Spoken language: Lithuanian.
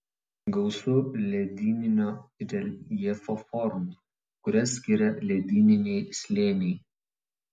gausu ledyninio reljefo formų kurias skiria ledyniniai slėniai